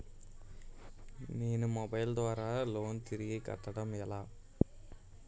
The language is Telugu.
నేను మొబైల్ ద్వారా లోన్ తిరిగి కట్టడం ఎలా?